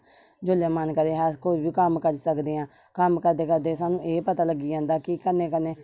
जिसले मन करे अस कोई बी कम्म करी सकदे कम्म करदे करदे सानू एह पता लग्गी जंदा कि कन्नै कन्नै